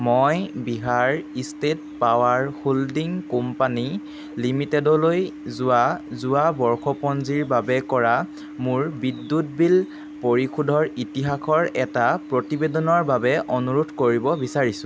মই Bihar state power holding company লিমিটেডলৈ যোৱা বৰ্ষপঞ্জীৰ বাবে কৰা মোৰ বিদ্যুৎ বিল পৰিশোধৰ ইতিহাসৰ এটা প্ৰতিবেদনৰ বাবে অনুৰোধ কৰিব বিচাৰিছোঁ